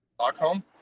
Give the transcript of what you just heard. Stockholm